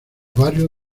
barrio